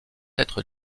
être